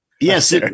Yes